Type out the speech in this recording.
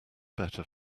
better